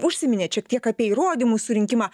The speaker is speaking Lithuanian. užsiminėt šiek tiek apie įrodymų surinkimą